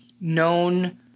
known